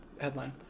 headline